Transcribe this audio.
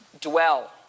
Dwell